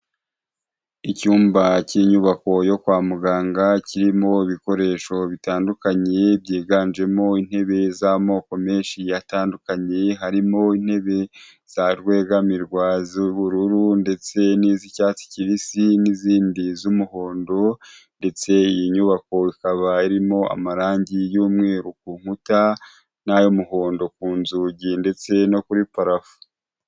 Icyumba cy'inyubako yo kwa muganga kirimo ibikoresho bitandukanye, byiganjemo intebe z'amoko menshi atandukanye, harimo intebe za rwegamirwa z'ubururu ndetse n'iz'icyatsi kibisi n'izindi z'umuhondo, ndetse iyi nyubako ikaba irimo amarange y'umweru ku nkuta n'ay'umuhondo ku nzugi ndetse no kuri parafo.